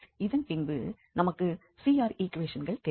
இதன்பின்பு நமக்கு CR ஈக்குவேஷன்கள் தெரியும்